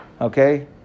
okay